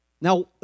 Now